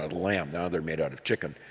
ah like um now they're made out of chicken,